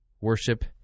worship